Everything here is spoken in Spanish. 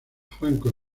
francos